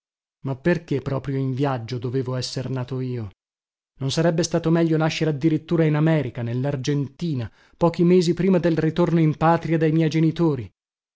ma perché proprio in viaggio dovevo esser nato io non sarebbe stato meglio nascere addirittura in america nellargentina pochi mesi prima del ritorno in patria de miei genitori